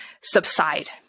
subside